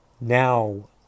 now